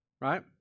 right